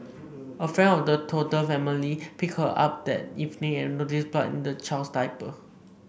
a friend of the toddler's family picked her up that evening and noticed blood in the child's diaper